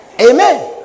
Amen